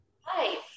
Hi